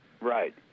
Right